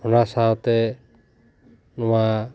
ᱚᱱᱟ ᱥᱟᱶᱛᱮ ᱱᱚᱣᱟ